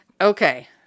Okay